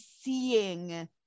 seeing